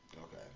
Okay